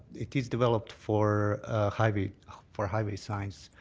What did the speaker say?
it is developed for highway for highway signs.